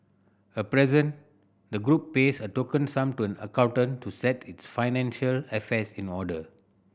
at present the group pays a token sum to an accountant to set its financial affairs in order